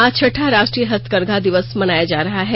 आज छठा राष्ट्रीय हस्तकरघा दिवस मनाया जा रहा है